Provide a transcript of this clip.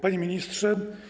Panie Ministrze!